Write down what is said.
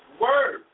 Word